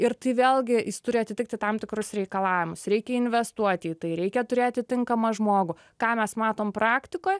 ir tai vėlgi jis turi atitikti tam tikrus reikalavimus reikia investuoti į tai reikia turėti tinkamą žmogų ką mes matome praktikoje